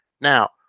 Now